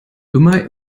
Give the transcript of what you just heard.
immer